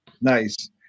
Nice